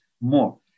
more